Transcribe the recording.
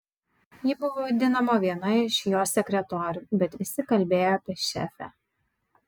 ji buvo vadinama viena iš jo sekretorių bet visi kalbėjo apie šefę